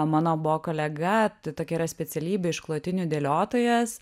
mano buvo kolega tai tokia yra specialybė išklotinių dėliotojas